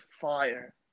fire